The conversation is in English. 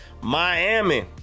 Miami